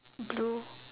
blue